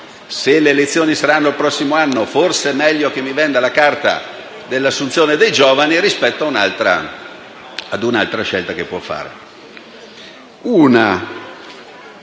se le elezioni saranno il prossimo anno, forse è meglio che mi venda la carta dell'assunzione dei giovani rispetto a un'altra scelta possibile.